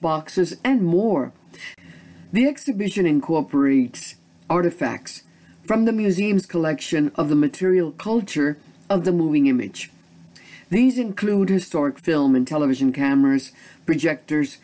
boxes and more the exhibition incorporates artifacts from the museum's collection of the material culture of the moving image these include historic film and television cameras projectors